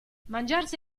mangiarsi